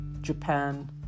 Japan